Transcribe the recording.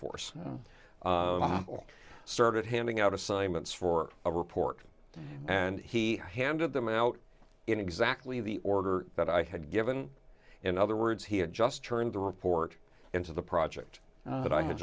force i started handing out assignments for a report and he handed them out in exactly the order that i had given in other words he had just turned the report into the project that i had